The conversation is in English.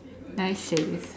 nice save